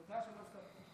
תודה שלא הפסקת.